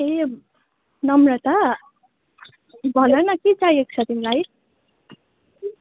ए नम्रता भन न के चाहिएको छ तिमीलाई